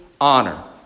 honor